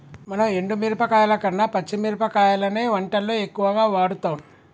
మనం ఎండు మిరపకాయల కన్న పచ్చి మిరపకాయలనే వంటల్లో ఎక్కువుగా వాడుతాం